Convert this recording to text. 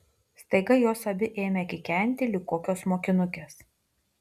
staiga jos abi ėmė kikenti lyg kokios mokinukės